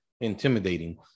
intimidating